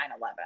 9-11